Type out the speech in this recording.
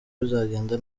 bizagenda